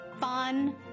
Fun